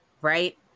right